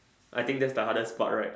I think that's the hardest part right